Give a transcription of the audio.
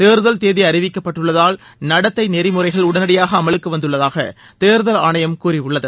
தேர்தல் தேதி அறிவிக்கப்பட்டுள்ளதால் நடத்தை நெறிமுறைகள் உடனடியாக அமலுக்கு வந்துள்ளதாக தேர்தல் ஆணையம் கூறியுள்ளது